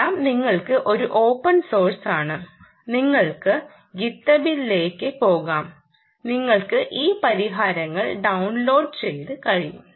എല്ലാം നിങ്ങൾക്ക് ഒരു ഓപ്പൺ സോഴ്സ് ആണ് നിങ്ങൾക്ക് ഗിത്തബിലേക്ക് പോകാം നിങ്ങൾക്ക് ഈ പരിഹാരങ്ങൾ ഡൌൺലോഡ് ചെയ്യാൻ കഴിയും